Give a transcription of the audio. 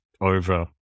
over